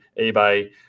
eBay